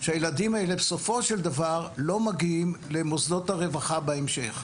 שהילדים האלה בסופו של דבר לא מגיעים למוסדות הרווחה בהמשך.